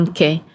Okay